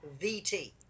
VT